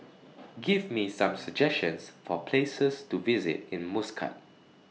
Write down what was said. Give Me Some suggestions For Places to visit in Muscat